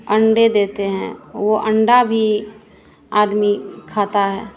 अंडे देते है वो अंडा भी आदमी खाता है